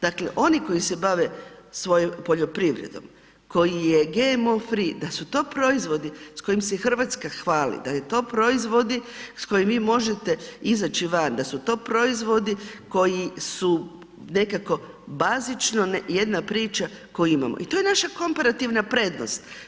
Dakle, oni koji se bave svojom poljoprivredom koji je GMO free, da su to proizvodi s kojim se RH hvali, da je to proizvodi s kojim vi možete izaći van, da su to proizvodi koji su nekako bazično jedna priča koju imamo i to je naša komparativna prednost.